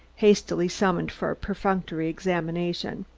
hastily summoned for a perfunctory examination.